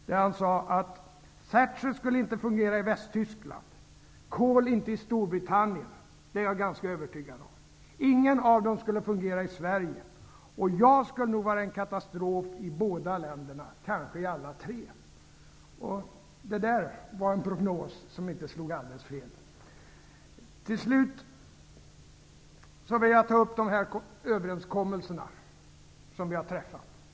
Carl Bildt sade att Thatcher inte skulle fungera i Västtyskland, att Kohl inte skulle fungera i Storbritannien -- det är jag ganska övertygad om --, att ingen av dem skulle fungera i Sverige och att jag, Ingvar Carlsson, nog skulle vara en katastrof i båda länderna, kanske i alla tre. Det var en prognos som inte slog alldeles fel. Till slut vill jag ta upp de överenskommelser som vi har träffat.